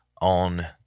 on